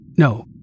No